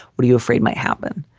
what are you afraid might happen?